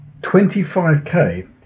25k